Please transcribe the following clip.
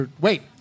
Wait